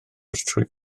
trwy